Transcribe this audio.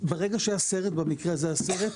במקרה הזה הסרט,